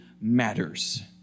matters